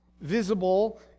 visible